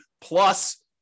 plus